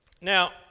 Now